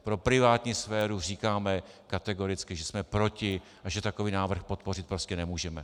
Pro privátní sféru říkáme kategoricky, že jsme proti a že takový návrh podpořit prostě nemůžeme.